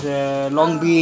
brinjal